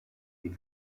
die